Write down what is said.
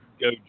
go